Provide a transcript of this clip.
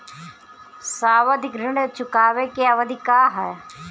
सावधि ऋण चुकावे के अवधि का ह?